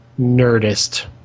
nerdist